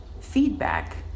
feedback